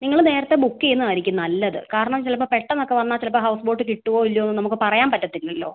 നിങ്ങൾ നേരത്തെ ബൂക്ക് ചെയ്യുന്നതായിരിക്കും നല്ലത് കാരണം ചിലപ്പോൾ പെട്ടെന്ന് ഒക്കെ വന്നാൽ ചിലപ്പോൾ ഹൗസ് ബോട്ട് കിട്ടുമോ ഇല്ലയോ എന്ന് നമ്മൾക്ക് പറയാൻ പറ്റത്തില്ലല്ലോ